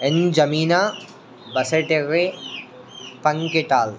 ఎన్ జమీనా బసటెవ్వే పంకెటాల్